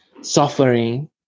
suffering